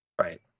Right